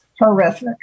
Horrific